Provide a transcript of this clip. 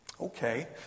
okay